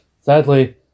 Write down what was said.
sadly